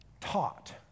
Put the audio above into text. taught